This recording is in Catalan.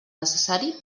necessari